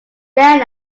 then